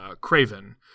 Craven